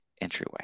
entryway